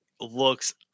looks